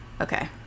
Okay